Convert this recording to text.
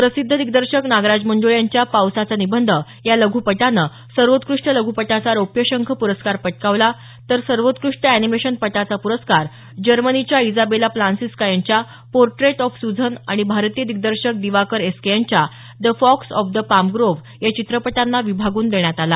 प्रसिद्ध दिग्दर्शक नागराज मंजुळे यांच्या पावसाचा निबंध या लघ्पटानं सर्वोत्कृष्ट लघ्पटाचा रौप्य शंख प्रस्कार पटकावला तर सर्वोत्कृष्ट अॅनिमेशनपटाचा पुरस्कार जर्मनीच्या इजाबेला प्रसिन्स्का यांच्या पोर्टेट ऑफ सूझन आणि भारतीय दिग्दर्शक दिवाकर एस के यांच्या the fox of the palm grove या चित्रपटांना विभागून देण्यात आला